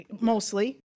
Mostly